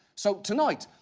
so, tonight,